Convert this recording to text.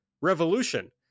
revolution